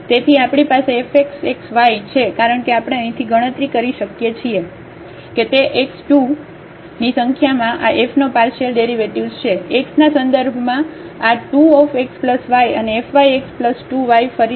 તેથી આપણી પાસે f x x y છે કારણ કે આપણે અહીંથી ગણતરી કરી શકીએ છીએ કે તે x 2 ની સંખ્યામાં આ fનો પાર્શિયલડેરિવેટિવ્ઝ છે x ના સંદર્ભમાં આ 2 x y અને f y x 2 y ફરીથી હશે